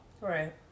Right